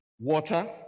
water